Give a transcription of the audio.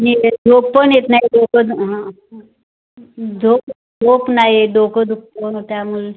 नीट झोप पण येत नाही डोकं हां झोप झोप नाही येत डोकं दुखतं ना त्यामुळे